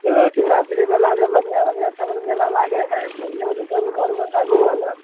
शिवरात्रि मेलामे बढ़िआँ बढ़िआँ सगरो मेला लागै हय बढ़िआँसँ चलू चारुकत्ता घुमा देब